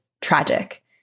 tragic